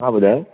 हा ॿुधायो